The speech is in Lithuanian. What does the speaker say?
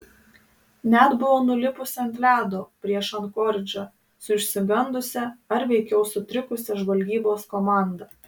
net buvo nulipusi ant ledo prieš ankoridžą su išsigandusia ar veikiau sutrikusia žvalgybos komanda